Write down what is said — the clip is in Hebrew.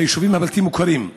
ביישובים הבלתי-מוכרים.